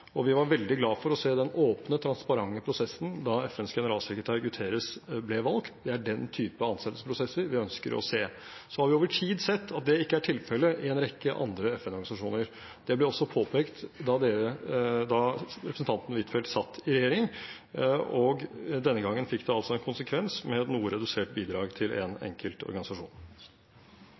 Og vi var veldig glad for å se den åpne, transparente prosessen da FNs generalsekretær Guterres ble valgt. Det er den typen ansettelsesprosesser vi ønsker å se. Så har vi over tid sett at det ikke er tilfellet i en rekke andre FN-organisasjoner. Det ble også påpekt da representanten Huitfeldt satt i regjering, og denne gangen fikk det altså en konsekvens med et noe redusert bidrag til én enkelt organisasjon.